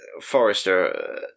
Forrester